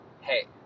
Hey